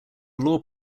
law